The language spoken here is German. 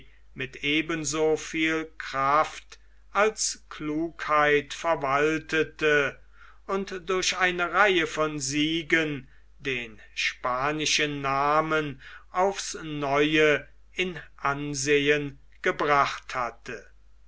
mit eben so viel kraft als klugheit verwaltete und durch eine reihe von siegen den spanischen namen aufs neue in ansehen gebracht hatte